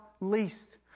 least